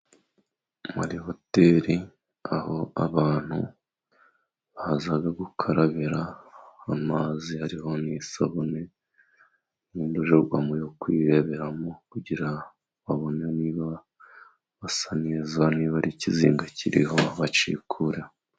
Muri hoteri aho abantu baza gukarabira amazi ariho n'isabune, mu ndorerwamo yo kwireberamo kugira ngo babone niba basa neza, niba ari ikizinga kiriho bacyikureho.